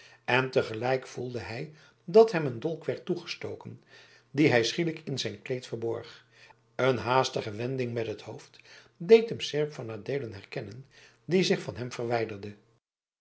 en te gelijk voelde hij dat hem een dolk werd toegestoken dien hij schielijk in zijn kleed verborg een haastige wending met het hoofd deed hem seerp van adeelen herkennen die zich van hem verwijderde